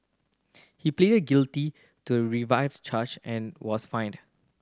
he pleaded guilty to revised charge and was fined